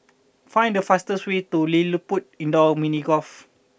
find the fastest way to LilliPutt Indoor Mini Golf